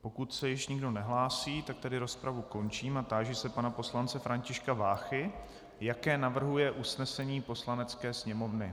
Pokud se již nikdo nehlásí, tak tedy rozpravu končím a táži se pana poslance Františka Váchy, jaké navrhuje usnesení Poslanecké sněmovny.